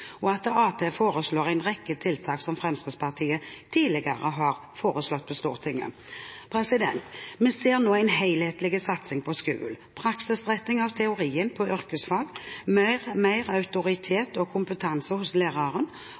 og at Arbeiderpartiet foreslår en rekke tiltak som Fremskrittspartiet tidligere har foreslått på Stortinget. Vi ser nå en helhetlig satsing på skolen. Praksisretting av teorien på yrkesfag, mer autoritet og kompetanse hos læreren,